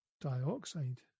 dioxide